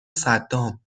صدام